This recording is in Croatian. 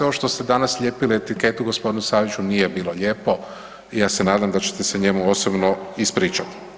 Ovo što ste danas lijepili etiketu g. Saviću nije bilo lijepo i ja se nadam da ćete se njemu osobno ispričati.